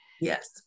Yes